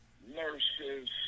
nurses